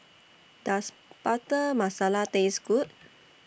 Does Butter Masala Taste Good